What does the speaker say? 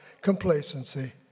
complacency